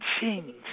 change